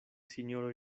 sinjoro